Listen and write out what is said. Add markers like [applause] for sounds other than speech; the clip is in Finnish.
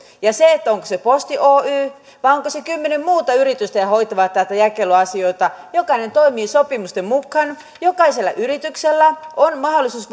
ja onko se posti oy vai onko se kymmenen muuta yritystä jotka hoitavat näitä jakeluasioita jokainen toimii sopimusten mukaan jokaisella yrityksellä on mahdollisuus [unintelligible]